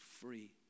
free